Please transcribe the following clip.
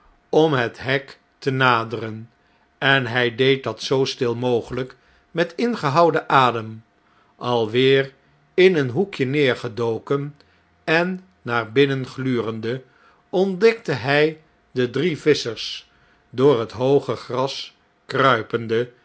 om het hek te naderen en hij deed dat zoo stil mogelh'k met ingehouden adem alweer in een hoekje neergedoken en naar binnen glurende ontdekte hy de drie visschers door het hooge gras kruipende